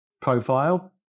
profile